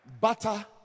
Butter